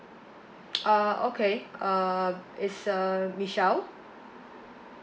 uh okay uh it's uh michelle